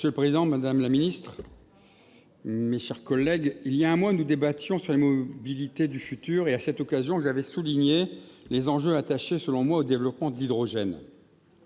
Monsieur le président, madame la secrétaire d'État, mes chers collègues, voilà un mois, nous débattions des mobilités du futur et, à cette occasion, j'avais souligné les enjeux attachés, selon moi, au développement de l'hydrogène.